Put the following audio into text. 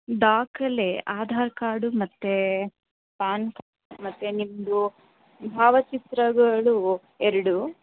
ದಾಖಲೆ ಆಧಾರ್ ಕಾರ್ಡ್ ಮತ್ತೆ PAN card ಮತ್ತೆ ನಿಮ್ಮದು ಭಾವಚಿತ್ರಗಳು ಎರಡು